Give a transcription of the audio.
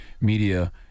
media